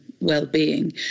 well-being